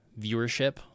viewership